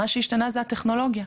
מה שהשתנה היא הטכנולוגיה.